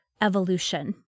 evolution